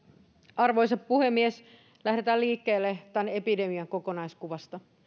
arvoisa puhemies lähdetään liikkeelle tämän epidemian kokonaiskuvasta